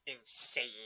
insane